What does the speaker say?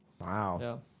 Wow